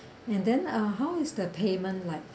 and then uh how is the payment like